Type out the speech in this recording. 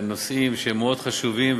נושאים שהם מאוד חשובים,